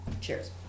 Cheers